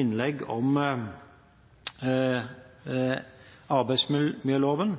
innlegg om arbeidsmiljøloven,